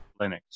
Linux